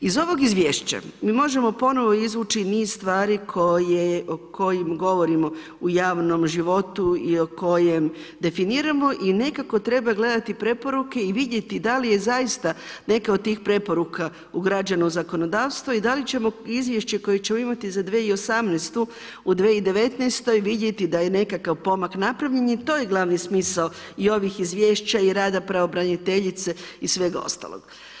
Iz ovog Izvješća mi možemo ponovo izvući niz stvari o kojim govorimo u javnom životu i o kojem definiramo i nekako treba gledati preporuke i vidjeti da li je zaista neke od tih preporuka ugrađeno u zakonodavstvo i da li ćemo izvješće koje ćemo imati za 2018. u 2019. vidjeti da je nekakav pomak napravljen jer to je glavni smisao i ovih izvješća i rada pravobraniteljice i svega ostalog.